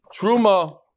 truma